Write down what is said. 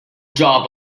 job